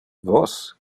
vos